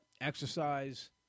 exercise